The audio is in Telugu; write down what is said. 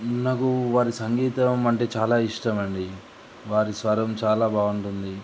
నాకు వారి సంగీతం అంటే చాలా ఇష్టమండి వారి స్వరం చాలా బాగుంటుంది